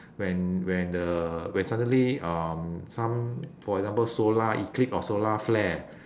when when the when suddenly um some for example solar eclipse or solar flare